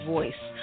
Voice